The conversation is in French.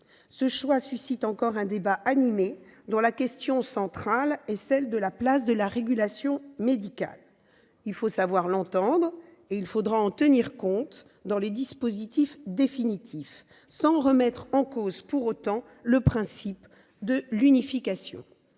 Ce choix suscite encore un débat animé, dont la question centrale est celle de la place de la régulation médicale. Il faut savoir l'entendre, et il faudra en tenir compte dans le dispositif définitif, sans remettre en cause pour autant le principe de l'unification.